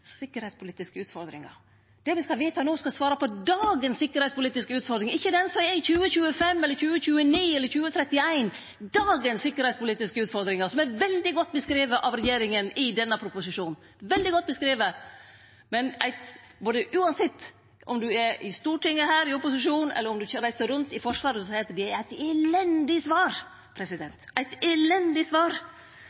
sikkerheitspolitiske utfordringar. Det me skal vedta no, skal svare på dagens sikkerheitspolitiske utfordringar – ikkje den som er i 2025 eller 2029 eller 2031, men dagens sikkerheitspolitiske utfordringar, som er veldig godt beskrive av regjeringa i denne proposisjonen. Det er veldig godt beskrive, men uansett om ein er her i Stortinget i opposisjon eller om ein reiser rundt i Forsvaret, seier ein at det er eit elendig svar